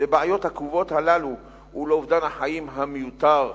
לבעיות הכאובות הללו ולאובדן החיים המיותר.